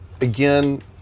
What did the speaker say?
Again